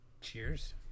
Cheers